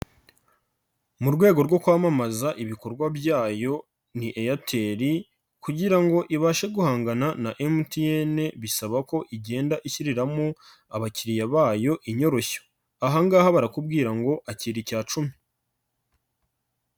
Mu rwego rwo kwamamaza ibikorwa byayo ni Airtel kugira ngo ibashe guhangana na MTN bisaba ko igenda ishyiriramo abakiriya bayo inyoroshyo. Ahangaha barakubwira ngo akira icya cumi.